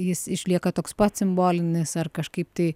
jis išlieka toks pat simbolinis ar kažkaip tai